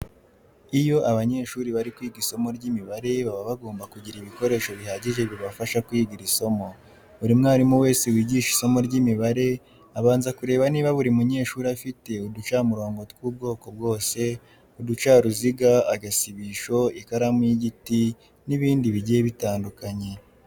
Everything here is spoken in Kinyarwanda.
Iyo abanyeshuri bari kwiga isomo ry'imibare baba bagomba kugira ibikoresho bihagije bibafasha kwiga iri somo. Buri mwarimu wese wigisha isomo ry'imibare abanza kureba niba buri munyeshuri afite uducamurongo tw'ubwoko bwose, uducaruziga, agasibisho, ikaramu y'igiti n'ibindi bigiye bitandukanye.